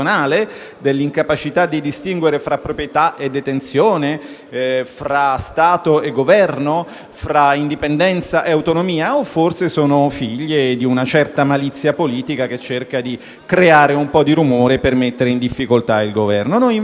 dell'incapacità di distinguere fra proprietà e detenzione, fra Stato e Governo, fra indipendenza e autonomia, o forse sono figlie di una certa malizia politica che cerca di creare un po' di rumore per mettere in difficoltà il Governo. Noi invece